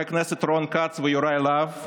ולחברי הכנסת רון כץ ויוראי להב,